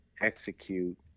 execute